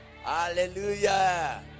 Hallelujah